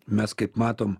mes kaip matom